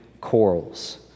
corals